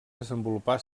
desenvolupar